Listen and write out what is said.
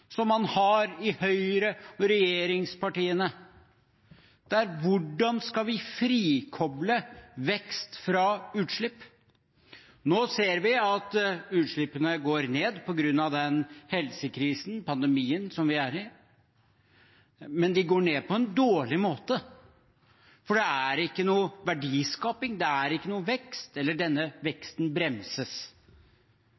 som man har i Høyre og regjeringspartiene: Hvordan skal vi frikoble vekst fra utslipp? Nå ser vi at utslippene går ned på grunn av helsekrisen, pandemien, som vi er i. Men de går ned på en dårlig måte, for det er ikke noe verdiskaping, det er ikke noen vekst – eller denne